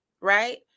right